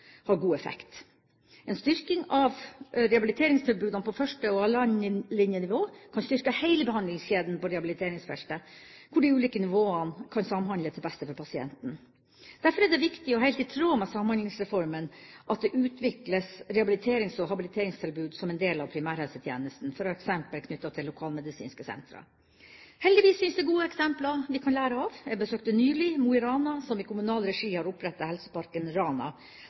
har god effekt. En styrking av rehabiliteringstilbudene på første- og halvannenlinjenivå kan styrke heile behandlingskjeden på rehabiliteringsfeltet, hvor de ulike nivåene kan samhandle til beste for pasienten. Derfor er det viktig – og helt i tråd med Samhandlingsreformen – at det utvikles rehabiliterings- og habiliteringstilbud som en del av primærhelsetjenesten, f.eks. knyttet til lokalmedisinske sentre. Heldigvis finnes det gode eksempler vi kan lære av. Jeg besøkte nylig Mo i Rana, som i kommunal regi har opprettet Helseparken Rana,